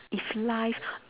if life